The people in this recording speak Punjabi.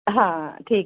ਹਾਂ ਠੀਕ